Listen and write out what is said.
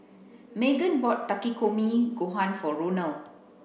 Magen bought Takikomi Gohan for Ronal